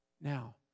Now